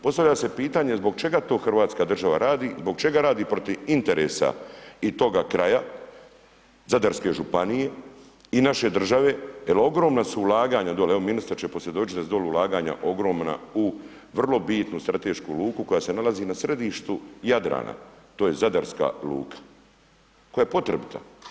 Postavlja se pitanje zbog čega to hrvatska država radi i zbog čega radi protiv interesa i toga kraja, Zadarske županije i naše države jer ogromna su ulaganja dole, evo ministar će posvjedočiti da su dole ulaganja ogromna u vrlo bitnu stratešku luku koja se nalazi na središtu Jadrana, to je zadarska luka koja je potrebita.